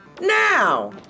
now